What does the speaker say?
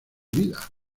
vida